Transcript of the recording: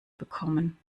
bekommen